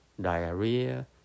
diarrhea